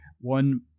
one